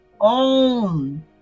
own